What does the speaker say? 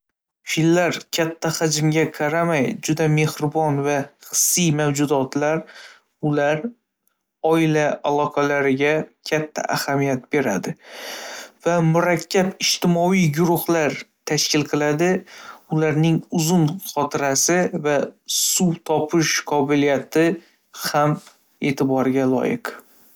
Fillar katta hajmiga qaramay, juda mehribon va hissiy mavjudotlar. Ular oila aloqalariga katta ahamiyat beradi va murakkab ijtimoiy guruhlar tashkil qiladi. Ularning uzun xotirasi va suv topish qobiliyati ham e’tiborga loyiq.